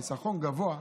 חיסכון גבוה,